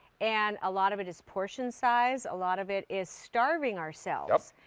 and a lot of it is portion size. a lot of it is starving ourselves.